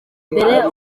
mbere